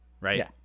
right